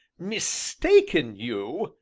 mistaken you,